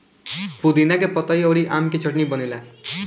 पुदीना के पतइ अउरी आम के चटनी बनेला